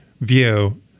view